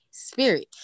spirit